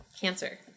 Cancer